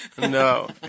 No